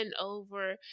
over